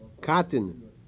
cotton